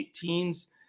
teams